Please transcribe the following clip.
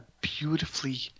beautifully